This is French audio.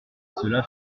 cela